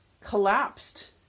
collapsed